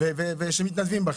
שמתנדבים אצלכם.